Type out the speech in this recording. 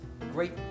great